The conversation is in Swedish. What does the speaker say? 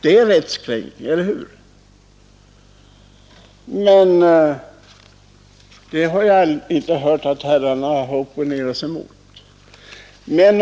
Det är väl rättskränkning — eller hur? Men det har jag inte hört att herrarna har opponerat emot.